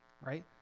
right